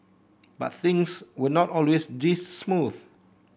but things were not always this smooth